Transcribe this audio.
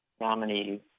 nominee